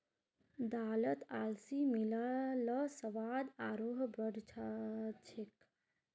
दालत अलसी मिला ल स्वाद आरोह बढ़ जा छेक